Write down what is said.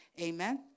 amen